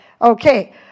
okay